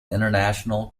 international